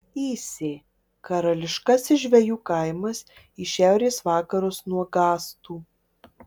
įsė karališkasis žvejų kaimas į šiaurės vakarus nuo gastų